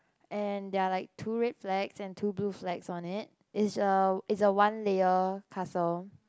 and there are like two red flags and two blue flags on it it's a it's a one layer castle